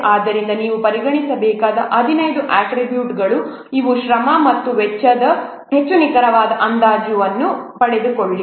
ಆದ್ದರಿಂದ ನೀವು ಪರಿಗಣಿಸಬೇಕಾದ 15 ಅಟ್ರಿಬ್ಯೂಟ್ಗಳು ಇವು ಶ್ರಮ ಮತ್ತು ವೆಚ್ಚದ ಹೆಚ್ಚು ನಿಖರವಾದ ಅಂದಾಜನ್ನು ಪಡೆದುಕೊಳ್ಳಿ